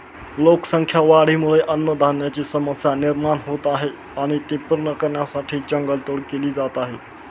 लोकसंख्या वाढीमुळे अन्नधान्याची समस्या निर्माण होत आहे आणि ती पूर्ण करण्यासाठी जंगल तोड केली जात आहे